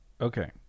Okay